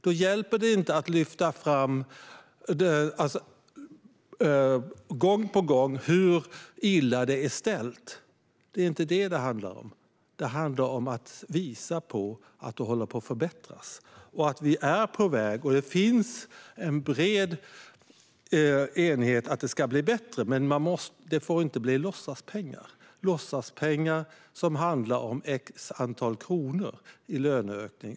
Det hjälper inte att gång på gång lyfta fram hur illa det är ställt. Det handlar om att visa att det sker förbättringar. Det finns en bred enighet om att läget ska bli bättre, men det får inte bli fråga om låtsaspengar i form av x kronor i löneökning.